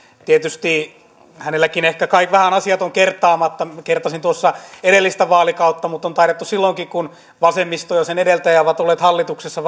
tietysti hänelläkin ehkä kai vähän asiat ovat kertaamatta kertasin tuossa edellistä vaalikautta mutta on tainnut silloinkin kun vasemmisto ja sen edeltäjä vasemmistoliitto on ollut hallituksessa